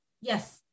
Yes